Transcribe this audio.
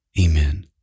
amen